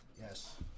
Yes